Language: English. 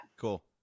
Cool